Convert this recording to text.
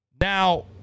Now